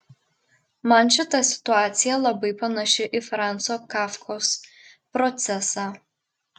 man šita situacija labai panaši į franco kafkos procesą